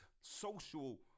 social